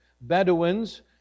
Bedouins